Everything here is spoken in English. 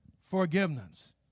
forgiveness